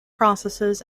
processes